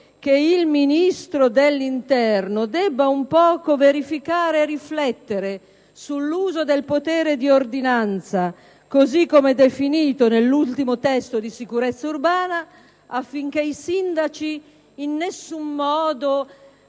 che il Ministro dell'interno debba un po' riflettere su tale questione e verificare l'uso del potere di ordinanza, così come definito nell'ultimo testo di sicurezza urbana, affinché i sindaci in nessun modo